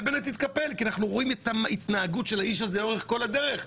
ובנט יתקפל כי אנחנו רואים את ההתנהגות של האיש הזה לאורך כל הדרך.